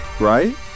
right